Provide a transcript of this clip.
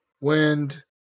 wind